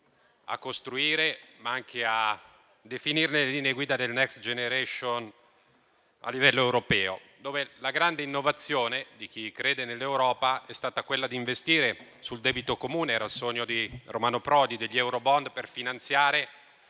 a costruire, ma anche a definire le linee guida del Next generation EU a livello europeo. La grande innovazione di chi crede nell'Europa è stata quella di investire sul debito comune. Era il sogno di Romano Prodi, degli eurobond per finanziare